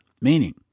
Meaning